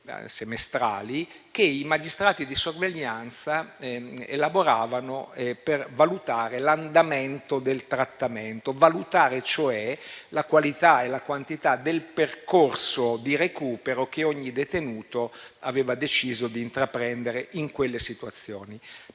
semestrali, che i magistrati di sorveglianza elaboravano per valutare l'andamento del trattamento, valutando cioè la qualità e la quantità del percorso di recupero che ogni detenuto aveva deciso di intraprendere in quelle situazioni.